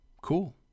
cool